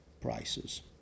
prices